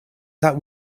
that